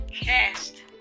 cast